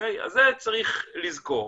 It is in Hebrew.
אז את זה צריך לזכור.